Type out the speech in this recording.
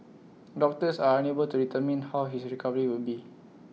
doctors are unable to determine how his recovery would be